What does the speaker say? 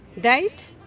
date